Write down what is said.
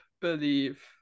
believe